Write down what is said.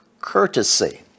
courtesy